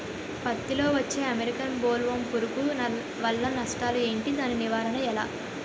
పత్తి లో వచ్చే అమెరికన్ బోల్వర్మ్ పురుగు వల్ల నష్టాలు ఏంటి? దాని నివారణ ఎలా?